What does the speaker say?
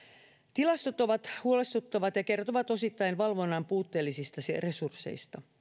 tilastot ovat huolestuttavat ja kertovat osittain valvonnan puutteellisista resursseista